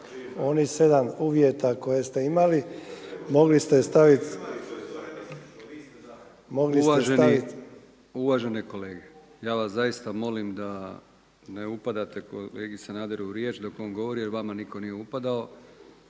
onih sedam uvjeta koje ste imali, mogli ste staviti. **Brkić, Milijan (HDZ)** Uvažene kolege ja vas zaista molim da ne upadate kolegi Sanaderu u riječ dok on govori jer vama niko nije upadao